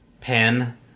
pen